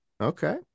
Okay